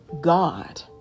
god